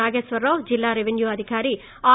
నాగేశ్వరరావు జిల్లా రెవెన్యూ అధికారి ఆర్